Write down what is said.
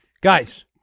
Guys